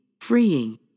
freeing